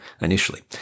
initially